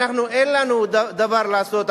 אין לנו דבר לעשות עבורם,